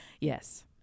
Yes